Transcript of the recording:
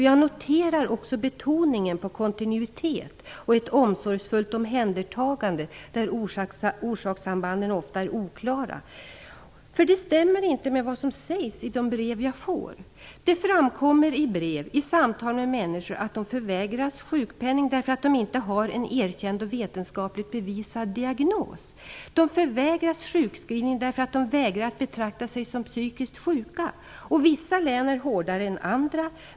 Jag noterar också betoningen på kontinuitet och ett omsorgsfullt omhändertagande då orsakssambanden ofta är oklara. Det stämmer inte med vad som sägs i de brev jag får. Det framkommer i brev och i samtal med människor att de förvägras sjukpenning därför att de inte har en erkänd och vetenskapligt bevisad diagnos. De förvägras sjukskrivning därför att de vägrar att betrakta sig som psykiskt sjuka. Vissa län är hårdare än andra.